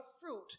fruit